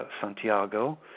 Santiago